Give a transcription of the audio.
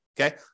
Okay